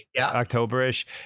October-ish